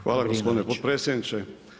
Hvala gospodine potpredsjedniče.